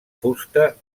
fusta